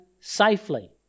safely